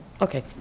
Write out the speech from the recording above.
okay